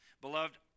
Beloved